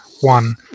one